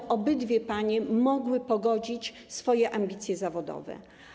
Czy obydwie panie będą mogły pogodzić swoje ambicje zawodowe?